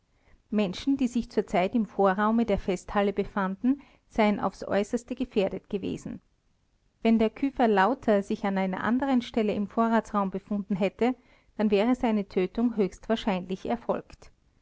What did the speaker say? menschen die sich zur zeit im vorraume der festhalle befanden seien aufs äußerste gefährdet gewesen wenn der küfer lauter sich an einer anderen stelle im vorratsraum befunden hätte dann wäre seine tötung höchstwahrscheinlich erfolgt